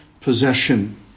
possession